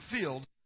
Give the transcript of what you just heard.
field